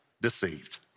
deceived